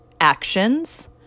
actions